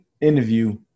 interview